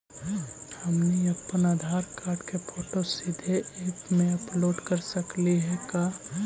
हमनी अप्पन आधार कार्ड के फोटो सीधे ऐप में अपलोड कर सकली हे का?